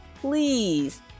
please